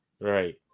Right